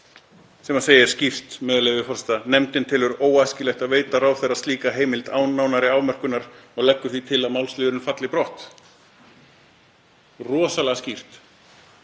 sem segir skýrt, með leyfi forseta: „Nefndin telur óæskilegt að veita ráðherra slíka heimild án nánari afmörkunar og leggur því til að málsliðurinn falli brott.“ Rosalega skýrt.